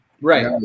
right